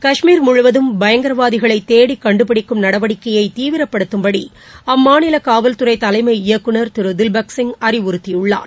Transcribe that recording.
கஷ்மீர் பயங்கரவாதிகளைதேடிகண்டுபிடிக்கும் முழுவதும் நடவடிக்கையைதீவிரப்படுத்தும்படிஅம்மாநிலகாவல்துறைதலைமை இயக்குநர் திருதிவ்பக் சிங் அறிவுறுத்தியுள்ளார்